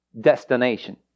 destination